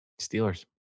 Steelers